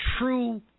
true